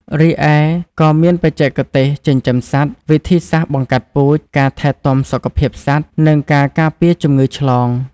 រីឯក៏មានបច្ចេកទេសចិញ្ចឹមសត្វ វិធីសាស្ត្របង្កាត់ពូជ ការថែទាំសុខភាពសត្វ និងការការពារជំងឺឆ្លង។